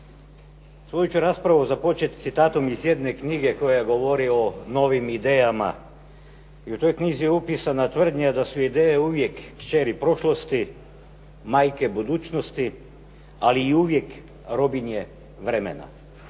Svoju ću raspravu započeti s citatom jedne knjige koja govori o novim idejama. I u toj knjizi je upisana tvrdnja da su ideje uvijek kćeri prošlosti, majke budućnosti, ali i uvijek robinje vremena.